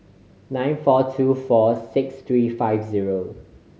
nine four two four six three five zero